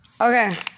Okay